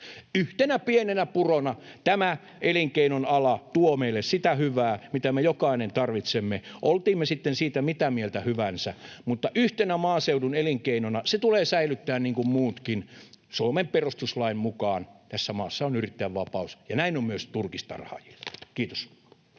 Yhtenä pienenä purona tämä elinkeinon ala tuo meille sitä hyvää, mitä me jokainen tarvitsemme, oltiin me siitä sitten mitä mieltä hyvänsä, mutta yhtenä maaseudun elinkeinona se tulee säilyttää niin kuin muutkin. Suomen perustuslain mukaan tässä maassa on yrittäjän vapaus, ja näin on myös turkistarhaajille.